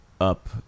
up